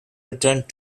returned